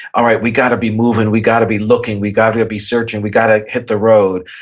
all right, we got to be moving. we got to be looking. we got to be searching we got to hit the road.